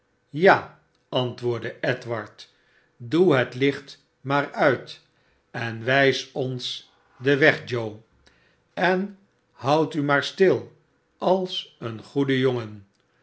ja r antwoordde edward doe het licht maar uit en wijs onsdenweg joe en houd u maar stil als een goede jongen